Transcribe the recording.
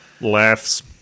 Laughs